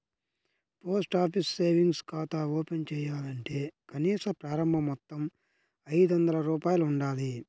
post office savings ఖాతా open చేయాలంటే కనీస ప్రారంభ మొత్తం ఐదొందల రూపాయలు ఉండాలి